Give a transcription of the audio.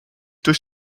durch